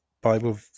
bible